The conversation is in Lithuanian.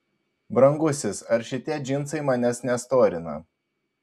brangusis ar šitie džinsai manęs nestorina